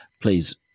please